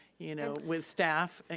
you know, with staff. ah